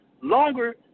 longer